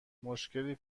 مشکلی